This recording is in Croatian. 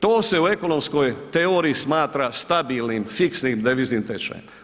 To se u ekonomskoj teoriji smatra stabilnim fiksnim deviznim tečajem.